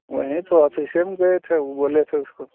वहीं तो ऑफिसे में गए थे वह बोले थे उसको